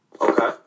Okay